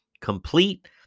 complete